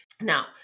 Now